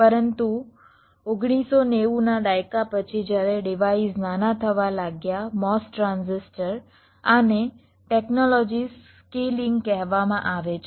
પરંતુ 1990 ના દાયકા પછી જ્યારે ડિવાઇઝ નાના થવા લાગ્યા MOS ટ્રાન્ઝિસ્ટર આને ટેકનોલોજી સ્કેલિંગ કહેવામાં આવે છે